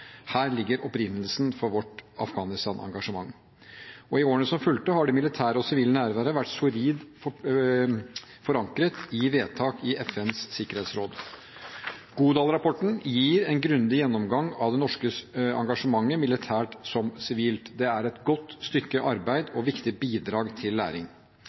Her ligger opprinnelsen til vårt Afghanistan-engasjement. I årene som fulgte, har det militære og sivile nærværet vært solid forankret i vedtak i FNs sikkerhetsråd. Godal-rapporten gir en grundig gjennomgang av det norske engasjementet, militært som sivilt. Det er et godt stykke arbeid og et viktig bidrag til læring.